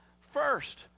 first